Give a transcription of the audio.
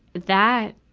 that,